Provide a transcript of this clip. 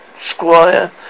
Squire